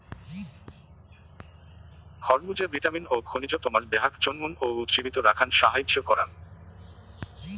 খরমুজে vitamin ও খনিজ তোমার দেহাক চনমন ও উজ্জীবিত রাখাং সাহাইয্য করাং